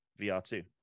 VR2